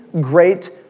great